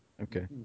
Okay